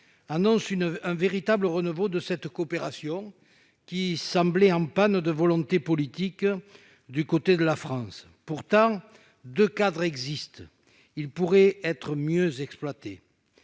l'annonce d'un véritable renouveau de cette coopération, qui semblait en panne de volonté politique du côté de la France. Pourtant, deux cadres existent, et ils pourraient être mieux exploités.